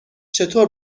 چطور